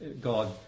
God